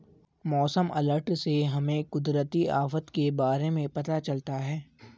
मौसम अलर्ट से हमें कुदरती आफत के बारे में पता चलता है